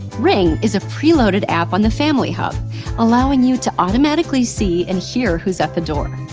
ring is a preloaded app on the family hub allowing you to automatically see and hear who's at the door.